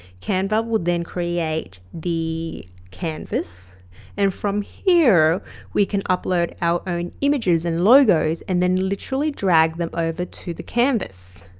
canva will then create the canvas and from here we can upload our own images and logos and then literally drag them over to the canvas